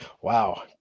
Wow